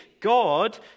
god